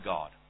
God